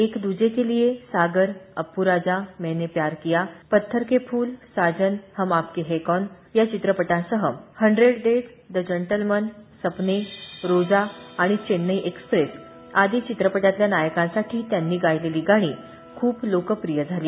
एक द्जे के लिए सागर अप्प्राजा मैंने प्यार किया पत्थर के फुल साजन हम आपके है कौन या चित्रपटांसह Hundred Days The Gentleman Sapne Roja आणि चेन्नई एक्सप्रेस आदी चित्रपटांतल्या नायकांसाठी त्यांनी गायलेली गाणी खूप लोकप्रिय झाली